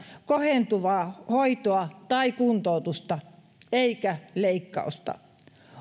kohentuvaa hoitoa tai kuntoutusta eikä leikkausta